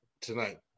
tonight